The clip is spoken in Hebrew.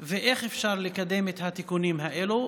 ואיך אפשר לקדם את התיקונים האלה.